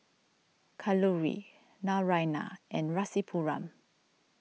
Kalluri Naraina and Rasipuram